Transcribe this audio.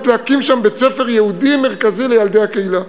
להקים שם בית-ספר יהודי מרכזי לילדי הקהילה.